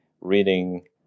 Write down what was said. reading